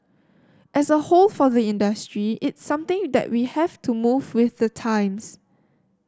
as a whole for the industry it's something that we have to move with the times